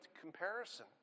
comparison